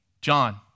John